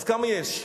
אז כמה יש?